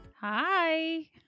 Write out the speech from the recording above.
Hi